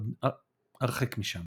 הרחק משם.